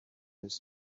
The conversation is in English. his